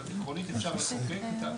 התואר צריך להיות כפי שהמל"ג מחליטה